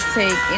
take